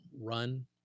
run